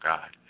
God